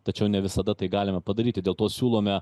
tačiau ne visada tai galime padaryti dėl to siūlome